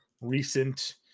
recent